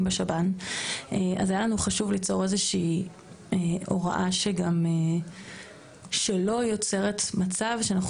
בשב"ן אז היה לנו חשוב ליצור איזה שהיא הוראה שלא יוצרת מצב שאנחנו